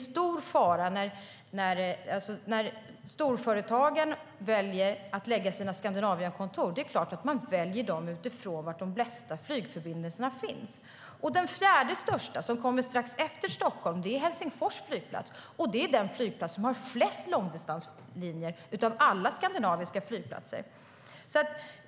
Storföretagen väljer såklart att lägga sina Skandinavienkontor där det finns flest flygförbindelser. Den fjärde största, som kommer strax efter Stockholm, är Helsingfors flygplats, och den har flest långdistanslinjer av alla skandinaviska flygplatser.